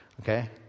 Okay